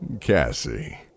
Cassie